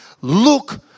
look